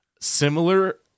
similar